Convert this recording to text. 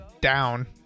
down